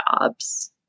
jobs